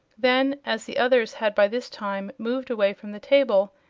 then, as the others had by this time moved away from the table,